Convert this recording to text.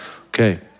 Okay